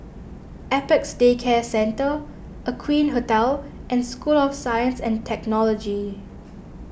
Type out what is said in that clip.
Apex Day Care Centre Aqueen Hotel and School of Science and Technology